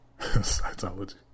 Scientology